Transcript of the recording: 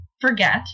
forget